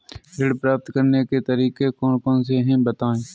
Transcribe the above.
ऋण प्राप्त करने के तरीके कौन कौन से हैं बताएँ?